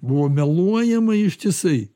buvo meluojama ištisai